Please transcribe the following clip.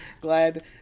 glad